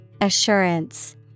Assurance